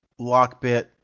Lockbit